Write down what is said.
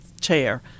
chair